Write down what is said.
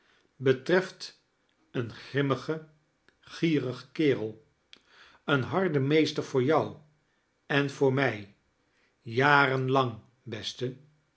betreft een grimmigen gierigen kerel een harden measter voor jou ein voor mij janen lang beste